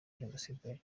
jenoside